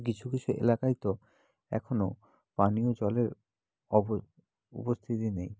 কিছু কিছু এলাকায় তো এখনো পানীয় জলের উপস্থিতি নেই